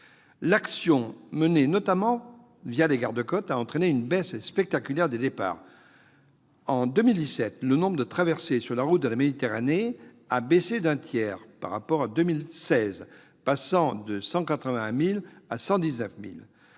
L'action menée, notamment les garde-côtes, a entraîné une baisse spectaculaire des départs. En 2017, le nombre de traversées sur la route de la Méditerranée a diminué d'un tiers par rapport à 2016, passant de 180 000 à 119 000.